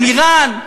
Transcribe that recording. מול איראן.